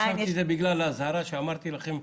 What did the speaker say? חשבתי שזה בגלל האזהרה שאמרתי לכם,